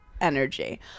energy